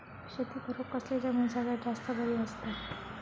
शेती करुक कसली जमीन सगळ्यात जास्त बरी असता?